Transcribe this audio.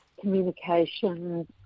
communication